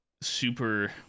super